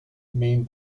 main